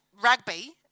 rugby